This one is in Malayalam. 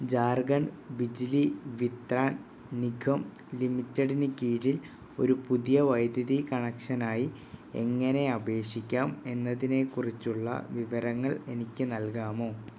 ജാർഖണ്ഡ് ബിജിലി വിത്രാൻ നിഗം ലിമിറ്റഡിന് കീഴിൽ ഒരു പുതിയ വൈദ്യുതി കണക്ഷനായി എങ്ങനെ അപേക്ഷിക്കാം എന്നതിനെക്കുറിച്ചുള്ള വിവരങ്ങൾ എനിക്ക് നൽകാമോ